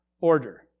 order